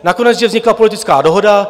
Nakonec vznikla politická dohoda.